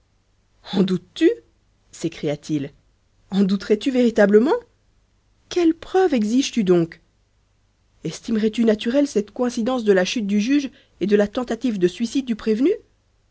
en doutes tu s'écria-t-il en douterais tu véritablement quelles preuves exiges tu donc estimerais tu naturelle cette coïncidence de la chute du juge et de la tentative de suicide du prévenu